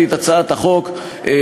סדר-יומנו,